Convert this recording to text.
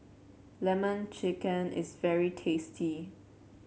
lemon chicken is very tasty